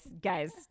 Guys